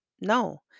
no